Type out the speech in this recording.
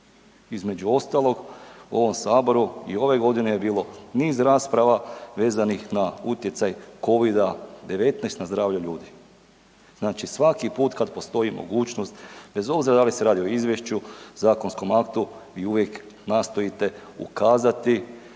Između ostalog, u ovom saboru i ove godine je bilo niz rasprava vezanih na utjecaj Covida-19 na zdravlje ljudi. Znači svaki put kad postoji mogućnost bez obzira da li se radi o izvješću, zakonskom aktu vi uvijek nastojite ukazati